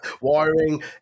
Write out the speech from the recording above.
Wiring